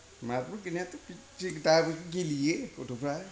marble गेलेनायाथ' बिदि दा गेलेयो गथ'फ्रा